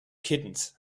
kittens